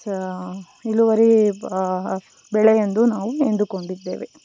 ಸಹ ಇಳುವರಿ ಬೆಳೆಯೆಂದು ನಾವು ಎಂದುಕೊಂಡಿದ್ದೇವೆ